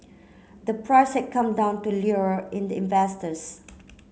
the price had come down to lure in the investors